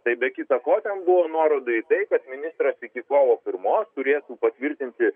tai be kita ko ten buvo nuoroda į tai kad ministras iki kovo pirmos turėtų patvirtinti